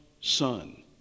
son